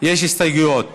יש ההסתייגויות